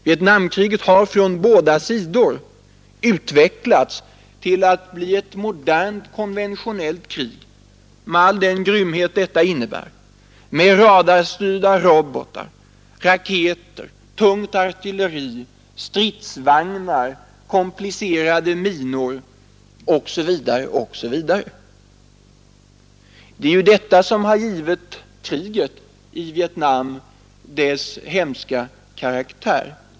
Vietnamkriget har från båda sidor utvecklats till att bli ett modernt konventionellt krig med all den grymhet detta innebär, med radarstyrda robotar, raketer, tungt artilleri, stridsvagnar, komplicerade minor osv. Det är ju detta som har givit kriget i Vietnam dess hemska karaktär.